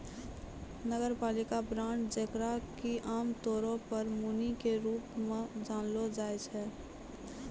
नगरपालिका बांड जेकरा कि आमतौरो पे मुनि के रूप मे जानलो जाय छै